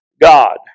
God